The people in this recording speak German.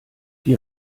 die